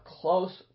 close